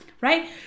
right